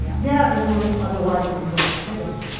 yeah they're doing otherwise illegal activity,